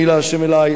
מי לה' אלי,